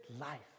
life